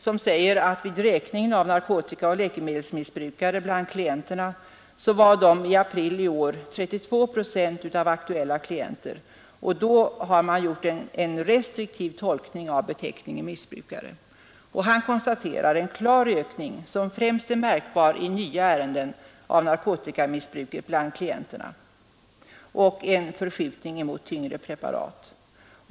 Han säger att vid räkningen av narkotikaoch läkemedelsmissbrukare bland klienterna utgjorde dessa i april i år 32 procent av aktuella klienter. Då har man gjort en restriktiv tolkning av beteckningen missbrukare. Han konstaterar en klar ökning, som främst är märkbar i nya ärenden, av narkotikamissbruket bland klienterna och en förskjutning mot tyngre preparat.